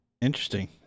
Interesting